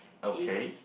okay